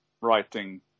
writing